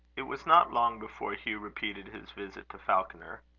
it was not long before hugh repeated his visit to falconer.